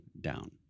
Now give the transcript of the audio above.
down